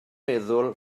meddwl